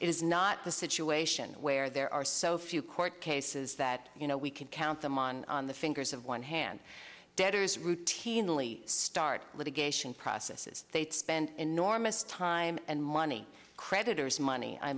is not the situation where there are so few court cases that you know we can count them on on the fingers of one hand debtors routinely start litigation processes they spend enormous time and money creditors money i